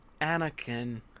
Anakin